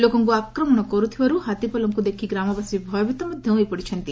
ଲୋକଙ୍କୁ ଆକ୍ରମଣ କରୁଥିବାରୁ ହାତୀପଲଙ୍କୁ ଦେଖି ଗ୍ରାମବାସୀ ଭୟଭୀତ ମଧ ହୋଇପଡିଛନ୍ତି